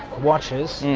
watches,